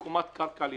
- בקומת קרקע בווילה.